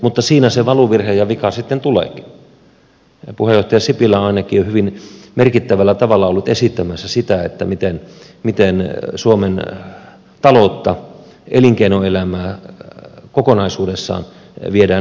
mutta siinä se valuvirhe ja vika sitten tuleekin ja puheenjohtaja sipilä on ainakin hyvin merkittävällä tavalla ollut esittämässä sitä miten suomen taloutta elinkeinoelämää kokonaisuudessaan viedään eteenpäin